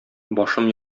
башым